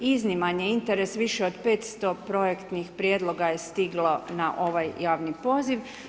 Izniman je interes, više od 500 projektnih prijedloga je stiglo na ovaj javni poziv.